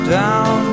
down